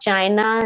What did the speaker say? China